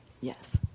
Yes